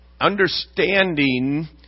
understanding